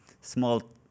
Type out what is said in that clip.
small